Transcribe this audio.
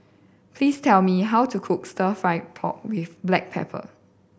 please tell me how to cook Stir Fry pork with black pepper